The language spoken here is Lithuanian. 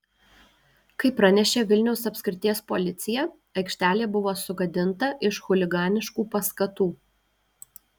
kaip pranešė vilniaus apskrities policija aikštelė buvo sugadinta iš chuliganiškų paskatų